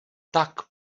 tak